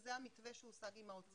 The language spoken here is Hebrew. שזה המתווה שהושג עם האוצר.